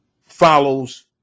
follows